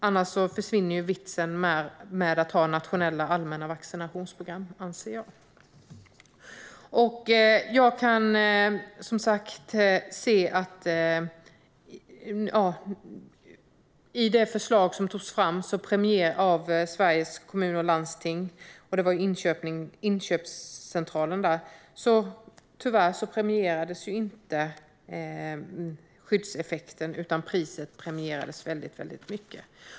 Annars försvinner vitsen med att ha nationella allmänna vaccinationsprogram. Jag kan som sagt se att skyddseffekten tyvärr inte prioriterades i det förslag som togs fram av inköpscentralen på Sveriges Kommuner och Landsting, utan priset prioriterades väldigt mycket.